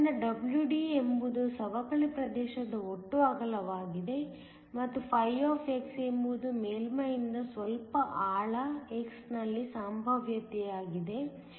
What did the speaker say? ಆದ್ದರಿಂದ WD ಎಂಬುದು ಸವಕಳಿ ಪ್ರದೇಶದ ಒಟ್ಟು ಅಗಲವಾಗಿದೆ ಮತ್ತು φ ಎಂಬುದು ಮೇಲ್ಮೈಯಿಂದ ಸ್ವಲ್ಪ ಆಳ x ನಲ್ಲಿನ ಸಂಭಾವ್ಯತೆಯಾಗಿದೆ